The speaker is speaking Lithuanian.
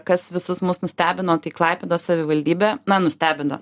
kas visus mus nustebino tai klaipėdos savivaldybę na nustebino